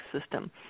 system